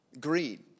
Greed